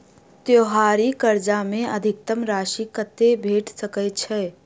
त्योहारी कर्जा मे अधिकतम राशि कत्ते भेट सकय छई?